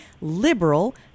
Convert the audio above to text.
liberal